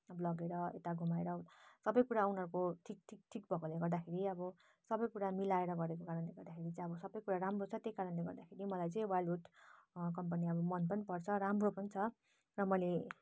अब लगेर यता घुमाएर सबै कुरा उनीहरूको ठिक ठिक ठिक भएकोले गर्दाखेरि अब सबै कुरा मिलाएर गरेको कारणले गर्दाखेरि चाहिँ अब सबै कुरा राम्रो छ त्यही कारणले गर्दाखेरि मलाई चाहिँ वाइल्ड वुड कम्पनी अब मन पनि पर्छ राम्रो पनि छ र मैले